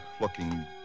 looking